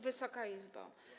Wysoka Izbo!